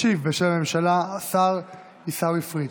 ישיב בשם הממשלה השר עיסאווי פריג'.